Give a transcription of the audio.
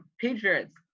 Patriots